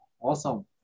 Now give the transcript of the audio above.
Awesome